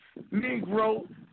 Negro